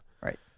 Right